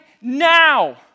now